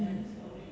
mm